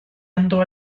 andò